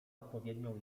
odpowiednią